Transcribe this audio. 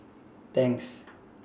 Tangs